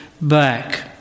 back